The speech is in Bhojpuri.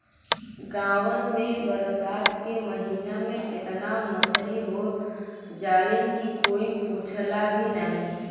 गांवन में बरसात के महिना में एतना मछरी हो जालीन की कोई पूछला भी नाहीं